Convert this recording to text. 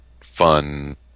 fun